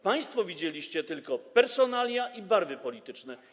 Państwo widzieliście tylko personalia i barwy polityczne.